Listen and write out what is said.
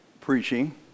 preaching